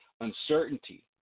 uncertainty